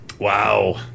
Wow